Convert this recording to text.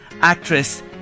actress